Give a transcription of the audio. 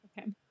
Okay